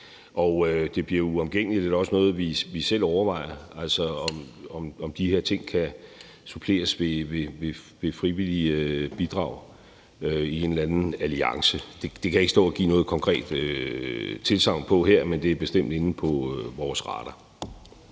Det bliver uomgængeligt, og det er også noget, vi selv overvejer, altså om de her ting kan suppleres ved frivillige bidrag i en eller anden alliance. Det kan jeg ikke stå og give noget konkret tilsagn om her, men det er bestemt inde på vores radar.